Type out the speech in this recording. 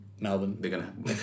Melbourne